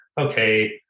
okay